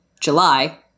July